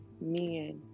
men